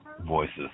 voices